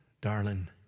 Darling